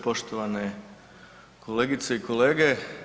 Poštovane kolegice i kolege.